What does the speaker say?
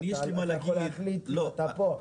אתה צריך להחליט, אתה פה.